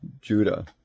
Judah